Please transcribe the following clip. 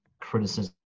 criticism